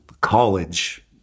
college